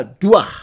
dua